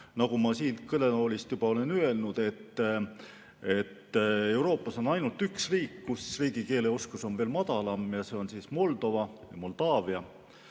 Nagu ma siit kõnetoolist juba olen öelnud, Euroopas on ainult üks riik, kus riigikeeleoskus on veel madalam. See on Moldova, Moldaavia.